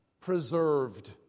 preserved